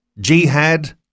Jihad